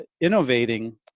innovating